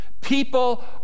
People